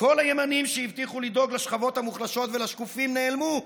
כל הימנים שהבטיחו לדאוג לשכבות המוחלשות ולשקופים נעלמו.